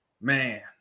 man